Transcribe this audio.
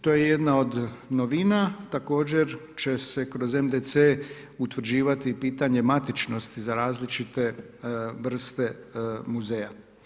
To je jedna od novina, također će se kroz MDC utvrđivati pitanje matičnosti za različite vrste muzeja.